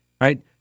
Right